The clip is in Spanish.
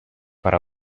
para